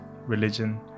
religion